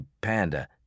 Panda